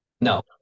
No